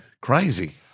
Crazy